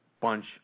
bunch